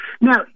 Now